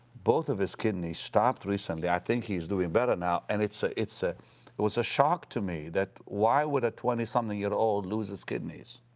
both of his kidneys stopped recently. i think he's doing better now and it's. ah ah it was a shock to me that, why would a twenty something year old lose his kidneys?